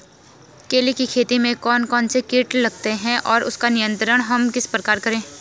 केले की खेती में कौन कौन से कीट लगते हैं और उसका नियंत्रण हम किस प्रकार करें?